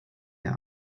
mir